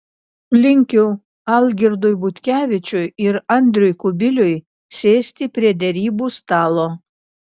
linkiu algirdui butkevičiui ir andriui kubiliui sėsti prie derybų stalo